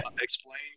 explain